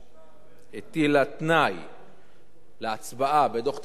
הטילה תנאי להצבעה בדוח-טרכטנברג על דיור,